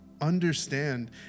understand